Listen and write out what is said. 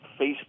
Facebook